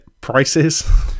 prices